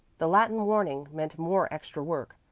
the latin warning meant more extra work.